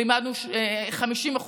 לימדנו 50%,